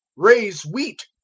raise wheat,